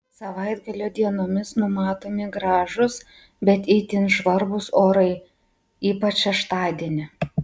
savaitgalio dienomis numatomi gražūs bet itin žvarbus orai ypač šeštadienį